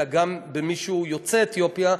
אלא גם מי שהוא יוצא אתיופיה,